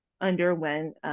underwent